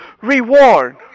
reward